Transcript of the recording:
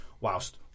whilst